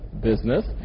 business